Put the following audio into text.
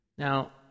Now